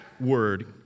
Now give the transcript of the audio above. word